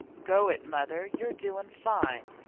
go it, mother, you're doing fine!